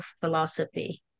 philosophy